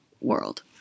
world